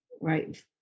right